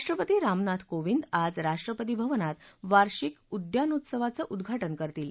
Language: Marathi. राष्ट्रपती रामनाथ कोविंद आज राष्ट्रपती भवनात वार्षिक उद्यानोत्सवाचं उद्वाटन करतील